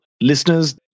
listeners